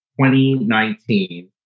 2019